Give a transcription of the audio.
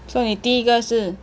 所以你第一个是